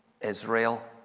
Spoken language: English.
Israel